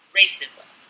racism